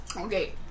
okay